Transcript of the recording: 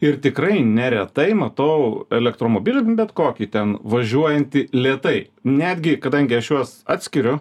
ir tikrai neretai matau elektromobilį nu bet kokį ten važiuojantį lėtai netgi kadangi aš juos atskiriu